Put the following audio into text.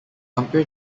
hampir